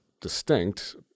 distinct